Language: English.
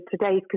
today's